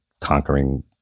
conquering